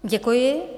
Děkuji.